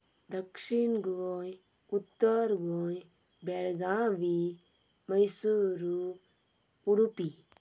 दक्षीण गोंय उत्तर गोंय बेळगावी मैसूर उडुपी